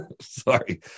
sorry